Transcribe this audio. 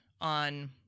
on